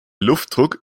luftdruck